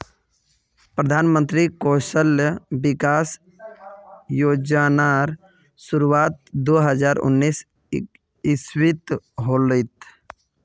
प्रधानमंत्री कौशल विकाश योज्नार शुरुआत दो हज़ार उन्नीस इस्वित होहिल